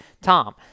Tom